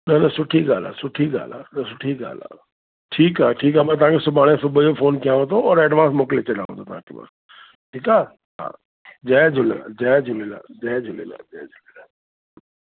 न न सुठी ॻाल्हि सुठी ॻाल्हि आहे सुठी ॻाल्हि आहे ठीकु आहे ठीकु आहे मां तव्हांखे सुभाणे सुबुह जो फ़ोन कयांव थो और एडवांस मोकिले छॾियांव थो तव्हांखे मां ठीकु आहे हा जय झूलेलाल जय झूलेलाल जय झूलेलाल जय झूलेलाल